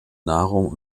nahrung